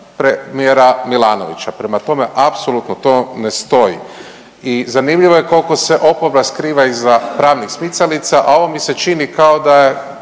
premijera Milanovića. Prema tome, apsolutno to ne stoji. I zanimljivo je koliko se oporba skriva iza pravnih smicalica a ovo mi se čini kao da je